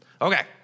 Okay